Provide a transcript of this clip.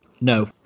No